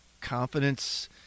confidence